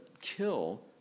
kill